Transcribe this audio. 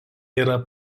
yra